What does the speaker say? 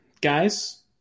guys